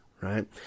right